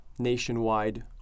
Nationwide